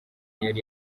yari